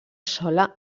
sola